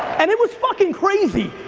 and it was fucking crazy.